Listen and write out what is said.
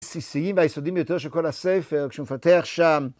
בסיסיים והיסודיים ביותר של כל הספר, כשמפתח שם.